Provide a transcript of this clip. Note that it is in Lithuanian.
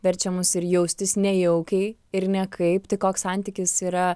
verčia mus ir jaustis nejaukiai ir ne kaip tai koks santykis yra